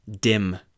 Dim